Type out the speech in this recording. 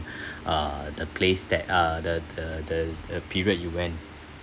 uh the place that uh the the the the period you went